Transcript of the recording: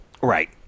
Right